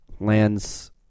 lands